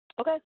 Okay